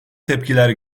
tepkiler